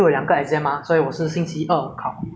ah 我和我的朋友们就去那个